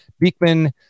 Beekman